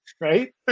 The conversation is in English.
right